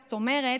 זאת אומרת,